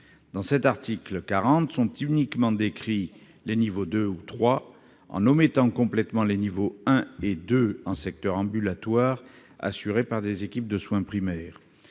Dans cet article 40, sont uniquement décrits les niveaux 2 ou 3, en omettant complètement les niveaux 1 et 2 en secteur ambulatoire, assurés par des équipes de soins primaires.